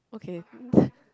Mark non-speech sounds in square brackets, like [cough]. okay [laughs]